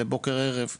לבוקר ערב א'